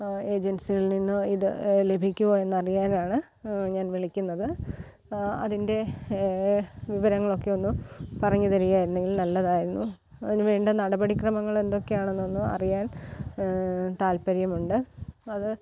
ഏജൻസികളിൽ നിന്ന് ഇത് ലഭിക്കുവോ എന്നറിയാനാണ് ഞാൻ വിളിക്കുന്നത് അതിൻ്റെ വിവരങ്ങളൊക്കെ ഒന്ന് പറഞ്ഞുതരുകയാണെങ്കിൽ നല്ലതായിരുന്നു അതിനുവേണ്ട നടപടിക്രമങ്ങൾ എന്തൊക്കെയാണെന്നൊന്ന് അറിയാൻ താല്പര്യമുണ്ട് അത്